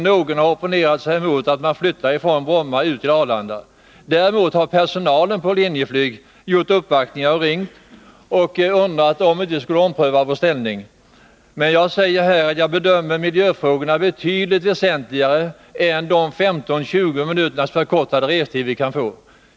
Ingen har opponerat sig mot att man flyttar från Bromma till Arlanda. Däremot har personalen vid Linjeflyg gjort uppvaktningar och ringt och undrat om vi inte skall ompröva vår inställning. Men jag säger att jag bedömer miljöfrågorna som betydligt mer väsentliga än den ökade restid med 15-20 minuter som vi kan få.